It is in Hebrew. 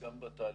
גם בתהליכים,